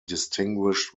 distinguished